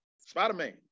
Spider-Man